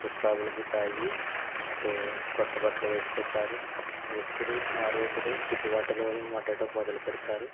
ముస్తాబులు గింత అయి అంటే కొత్త బట్టలు వేసుకుంటారు వేసుకుని ఆ రోజునే పిండి వంటలు వండడం మొదలు పెడతారు